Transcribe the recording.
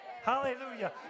Hallelujah